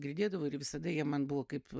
girdėdavau ir visada jie man buvo kaip